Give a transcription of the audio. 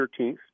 13th